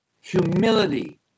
humility